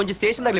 and station? like